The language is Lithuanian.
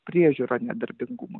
priežiūra nedarbingumui